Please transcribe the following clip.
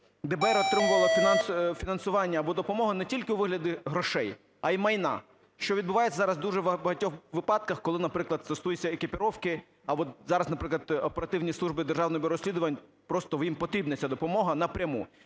ДБР отримувало фінансування або допомогу не тільки у вигляді грошей, а і майна, що відбувається зараз в дуже багатьох випадках, коли, наприклад, стосується екіпіровки, а зараз, наприклад, оперативні служби Державного бюро розслідувань, просто їм потрібна ця допомога напряму.